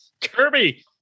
kirby